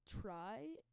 try